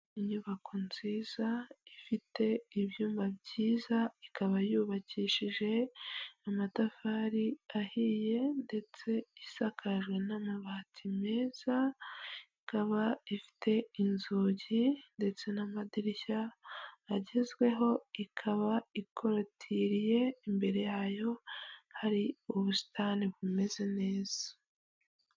Inyubako nziza, ifite ibyuma byiza, ikaba yubakishije amatafari, ahiye ndetse isakajwe n'amabati meza, ikaba ifite inzugi ndetse n'amadirishya agezweho, ikaba ikorotiriye, imbere yayo hari ubusitani bumeze neza.